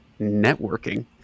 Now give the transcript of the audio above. networking